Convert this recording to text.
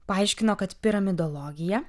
paaiškino kad piramidologija